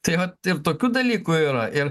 taip vat ir tokių dalykų yra ir